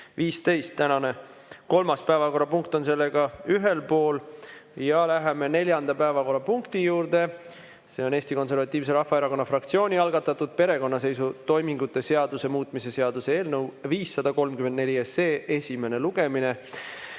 Tänane kolmas päevakorrapunkt on sellega ühel pool. Läheme neljanda päevakorrapunkti juurde. See on Eesti Konservatiivse Rahvaerakonna fraktsiooni algatatud perekonnaseisutoimingute seaduse muutmise seaduse eelnõu 534 esimene lugemine.